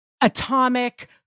Atomic